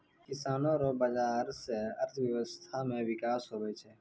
किसानो रो बाजार से अर्थव्यबस्था मे बिकास हुवै छै